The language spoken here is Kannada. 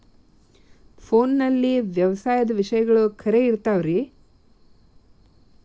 ಫೋನಲ್ಲಿ ವ್ಯವಸಾಯದ ವಿಷಯಗಳು ಖರೇ ಇರತಾವ್ ರೇ?